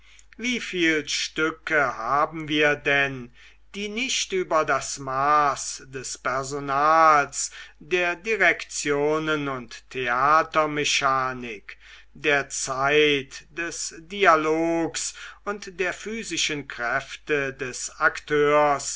wieviel stücke haben wir denn die nicht über das maß des personals der dekorationen und theatermechanik der zeit des dialogs und der physischen kräfte des akteurs